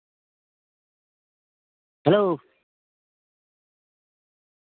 hello